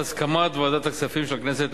בהסכמת ועדת הכספים של הכנסת,